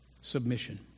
Submission